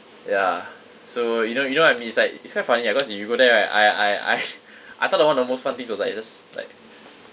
ya so you know you know what I mean it's like it's quite funny lah cause if you go there right I I I I thought the one of the most fun things was like just like